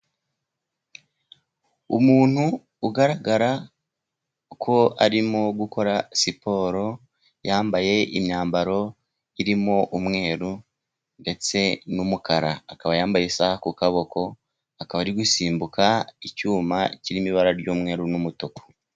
Umuntu ugaragara ko arimo gukora siporo yambaye imyambaro irimo umweru ndetse n'umukara. akaba yambaye isaha ku kaboko akaba ari gusimbuka icyuma kirimo ibara ry'umweru n'umutuku.